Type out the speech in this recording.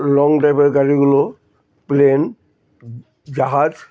long ড্রাইভের গাড়িগুলো plane জাহাজ